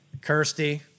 Kirsty